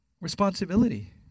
responsibility